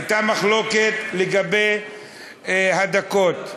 הייתה מחלוקת לגבי הדקות,